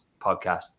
podcast